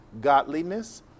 godliness